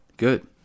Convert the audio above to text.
Good